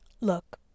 Look